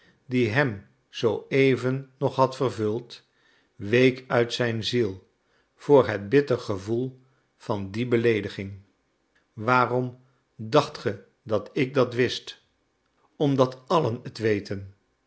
die hem zoo even nog had vervuld week uit zijn ziel voor het bitter gevoel van die beleediging waarom dacht ge dat ik dat wist omdat allen het weten